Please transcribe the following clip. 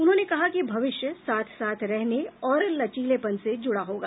उन्होंने कहा कि भविष्य साथ साथ रहने और लचीलेपन से जुडा होगा